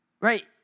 right